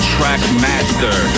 Trackmaster